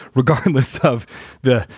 regardless of the,